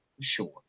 sure